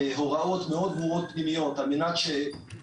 בהוראות פנימיות ברורות מאוד על מנת שסיכון